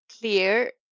clear